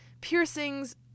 piercings